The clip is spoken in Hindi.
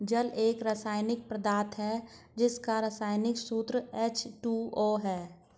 जल एक रसायनिक पदार्थ है जिसका रसायनिक सूत्र एच.टू.ओ है